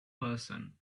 person